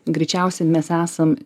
greičiausiai mes esam